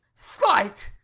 slight,